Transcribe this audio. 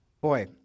Boy